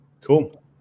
cool